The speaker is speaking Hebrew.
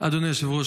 אדוני היושב-ראש,